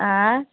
आँइ